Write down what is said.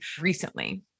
recently